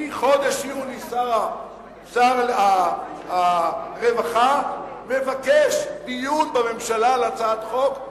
מחודש יוני שר הרווחה מבקש דיון בממשלה על הצעת חוק,